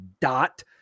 dot